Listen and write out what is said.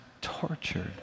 tortured